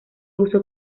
uso